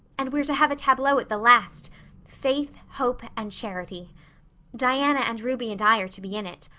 and we're to have a tableau at the last faith, hope and charity diana and ruby and i are to be in it,